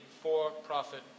for-profit